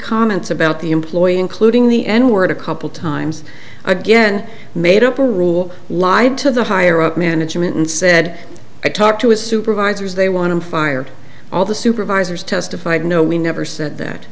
comments about the employee including the n word a couple times again made up a rule lied to the higher management and said i talked to his supervisors they want to fire all the supervisors testified no we never said that